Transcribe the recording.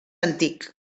antic